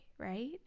right